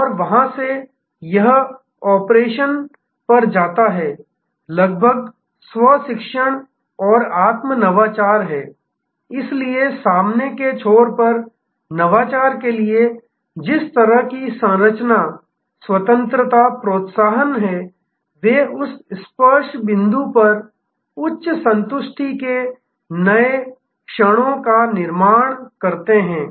और वहां से यह ऑपरेशन पर जाता है लगभग स्व शिक्षण और आत्म नवाचार है इसलिए सामने के छोर पर नवाचार के लिए जिस तरह की संरचना स्वतंत्रता प्रोत्साहन है वे उस स्पर्श बिंदु पर उच्च संतुष्टि के नए क्षणों का निर्माण करते हैं